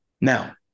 Now